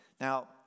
Now